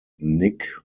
nick